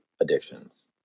addictions